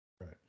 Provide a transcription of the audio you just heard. Right